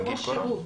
זה ראש שירות.